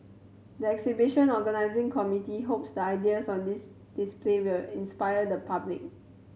the exhibition organising committee hopes the ideas on dis display will inspire the public